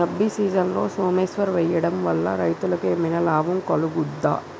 రబీ సీజన్లో సోమేశ్వర్ వేయడం వల్ల రైతులకు ఏమైనా లాభం కలుగుద్ద?